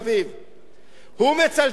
הוא מצלצל ואומר להם: חבר'ה,